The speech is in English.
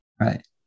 Right